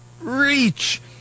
reach